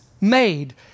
made